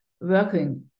working